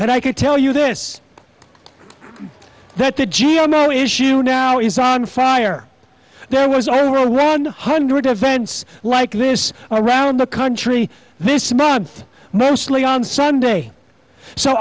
and i could tell you this that the g m o issue now is on fire there was a whirl round hundred events like this around the country this month mostly on sunday so